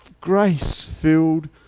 grace-filled